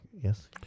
yes